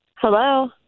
Hello